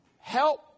Help